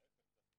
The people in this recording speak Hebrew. ההיפך.